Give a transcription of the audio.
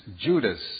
Judas